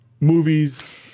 movies